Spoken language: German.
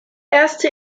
erste